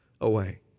away